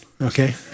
okay